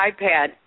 iPad